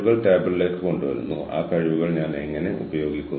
അതാകട്ടെ ഇതിലേക്ക് പോഷിപ്പിക്കുകയും അതിനെ ആശ്രയിക്കുകയും ചെയ്യുന്നു